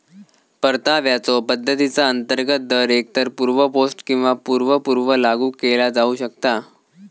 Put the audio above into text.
परताव्याच्यो पद्धतीचा अंतर्गत दर एकतर पूर्व पोस्ट किंवा पूर्व पूर्व लागू केला जाऊ शकता